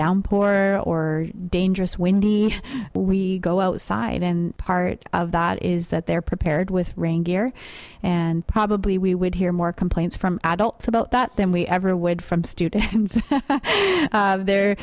downpour or dangerous windy we go outside and part of that is that they're prepared with rain gear and probably we would hear more complaints from adults about that than we ever would from students they're